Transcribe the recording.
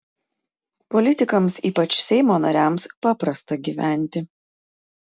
politikams ypač seimo nariams paprasta gyventi